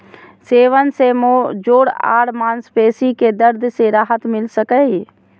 सेवन से जोड़ आर मांसपेशी के दर्द से राहत मिल सकई हई